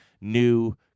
new